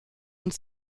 und